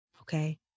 okay